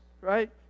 right